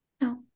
No